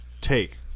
take